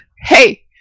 Hey